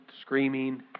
screaming